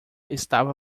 estava